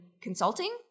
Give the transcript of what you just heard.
consulting